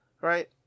right